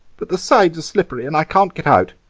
but the sides are slippery and i can't get out.